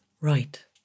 Right